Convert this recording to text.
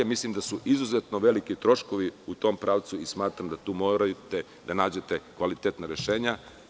Mislim da su izuzetno veliki troškovi u tom pravcu i smatram da tu morate da nađete kvalitetna rešenja.